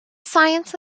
science